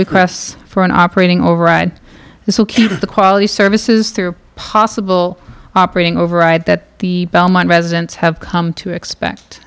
requests for an operating override this will keep the quality services through possible operating override that the belmont residents have come to expect